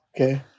Okay